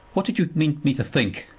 what did you mean me to think?